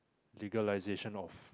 legalisation of